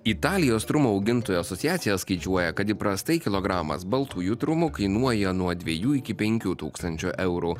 italijos trumų augintojų asociacija skaičiuoja kad įprastai kilogramas baltųjų trumų kainuoja nuo dviejų iki penkių tūkstančių eurų